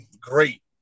great